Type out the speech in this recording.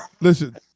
Listen